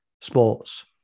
sports